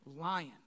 lion